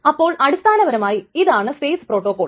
അപ്പോൾ അടിസ്ഥാനപരമായി ഇതാണ് 2 ഫെയിസ് പ്രോട്ടോകോൾ